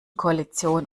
koalition